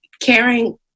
caring